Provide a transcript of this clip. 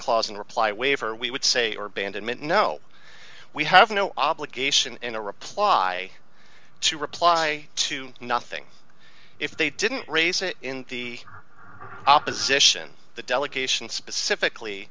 clause in reply waiver we would say or banned it meant no we have no obligation to reply to reply to nothing if they didn't raise it in the opposition the delegation specifically